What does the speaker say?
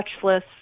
touchless